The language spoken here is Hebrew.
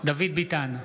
דוד ביטן,